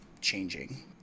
changing